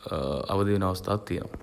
අවදි වෙන අවස්ථාත් තියෙනවා.